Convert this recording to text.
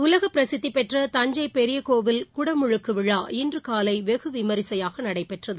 உலகப் பிரசித்தி பெற்ற தஞ்சை பெரிய கோவில் குடமுழுக்கு விழா இன்று காலை வெகு விமரிசையாக நடைபெற்றது